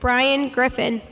brian griffin